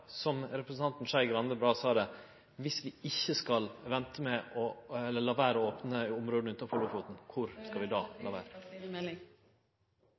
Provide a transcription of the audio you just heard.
som representanten Skei Grande så bra sa det: Viss vi ikkje skal la vere å opne områda utanfor Lofoten, kvar skal vi då la vere